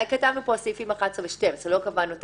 כתבנו כאן את סעיף 11 ואת סעיף 12, לא קבענו את